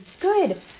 good